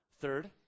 Third